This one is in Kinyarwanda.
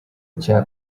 cya